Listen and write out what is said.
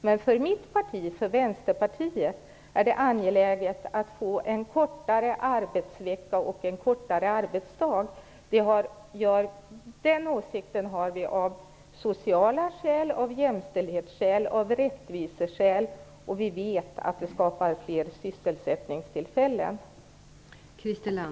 Men för mitt parti, Vänsterpartiet, är det angeläget att få en kortare arbetsvecka och en kortare arbetsdag. Den åsikten har vi av sociala skäl, jämställdhetsskäl och rättviseskäl. Vi vet att det skapar fler sysselsättningstillfällen.